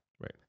Right